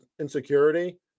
insecurity